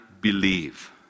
believe